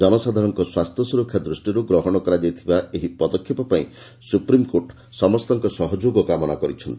ଜନସାଧାରରଙ୍କ ସ୍ୱାସ୍ଥ୍ୟ ସ୍କରକ୍ଷା ଦୃଷ୍ଟିରୁ ଗ୍ରହଣ କରାଯାଇଥିବା ଏହି ପଦକ୍ଷେପ ପାଇଁ ସ୍ରପ୍ରିମ୍କୋର୍ଟ ସମସ୍ତଙ୍କ ସହଯୋଗ କାମନା କରିଛନ୍ତି